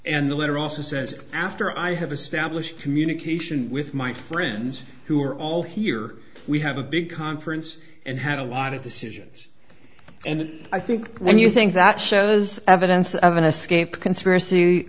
and the letter also says after i have established communication with my friends who are all here we have a big conference and had a lot of decisions and i think when you think that show was evidence of an escape conspiracy